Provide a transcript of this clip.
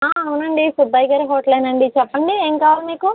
అవునండి సుబ్బయ్య గారి హోటలేనండి చెప్పండి ఏం కావాలి మీకు